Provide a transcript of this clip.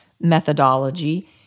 methodology